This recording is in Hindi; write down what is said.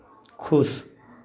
खुश